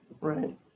Right